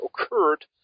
occurred